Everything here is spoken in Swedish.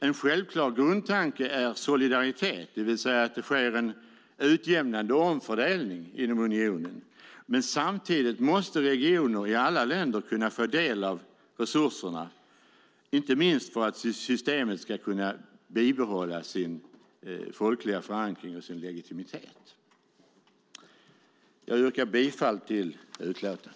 En självklar grundtanke är solidaritet, det vill säga att det sker en utjämnande omfördelning inom unionen. Men samtidigt måste regioner i alla länder kunna få del av resurserna, inte minst för att systemet ska kunna bibehålla sin folkliga förankring och sin legitimitet. Jag yrkar bifall till förslaget i utlåtandet.